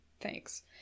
Thanks